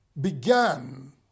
began